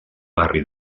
barri